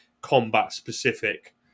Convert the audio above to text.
combat-specific